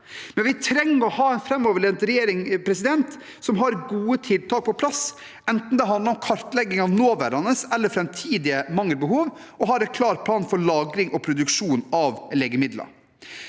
Vi trenger å ha en framoverlent regjering som har gode tiltak på plass, enten det handler om kartlegging av nåværende eller framtidige mangler og behov, og som har en klar plan for lagring og produksjon av legemidler.